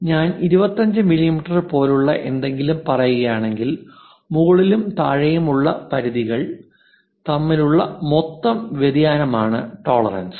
ഞാൻ 25 മില്ലീമീറ്റർ പോലെയുള്ള എന്തെങ്കിലും പറയുകയാണെങ്കിൽ മുകളിലും താഴെയുമുള്ള പരിധികൾ തമ്മിലുള്ള മൊത്തം വ്യതിയാനമാണ് ടോളറൻസ്